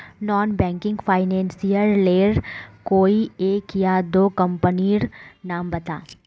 Non banking financial लेर कोई एक या दो कंपनी नीर नाम बता?